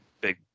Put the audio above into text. big